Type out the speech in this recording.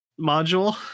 module